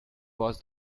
was